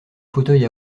fauteuil